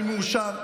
אני מאושר,